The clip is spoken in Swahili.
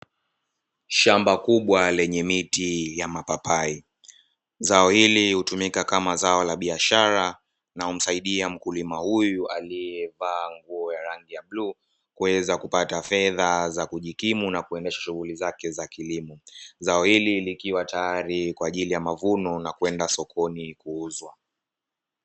Shamba kubwa lenye miti ya mapapai, zao hili hutumika kama zao la biashara na humsaidia mkulima huyu aliyevaa nguo ya rangi ya bluu kuweza kupata fedha kwa ajili ya kujikimu na kuendesha shughuli zake za kilimo. Zao hili likiwa tayari kwa ajili ya mavuno na kwenda sokoni kuuzwa.